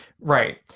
Right